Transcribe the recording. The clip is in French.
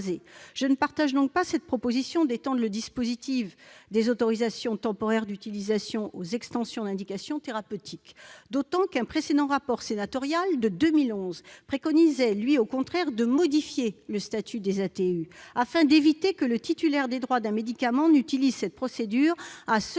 Je n'approuve pas la proposition d'ouvrir le dispositif des autorisations temporaires d'utilisation aux extensions d'indication thérapeutique, d'autant qu'un précédent rapport sénatorial de 2011 préconisait, au contraire, de modifier le statut des ATU afin d'éviter que le titulaire des droits d'un médicament n'utilise cette voie à seule